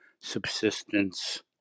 subsistence